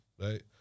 right